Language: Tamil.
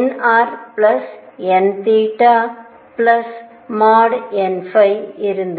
nrn |n| இருந்தது